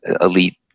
elite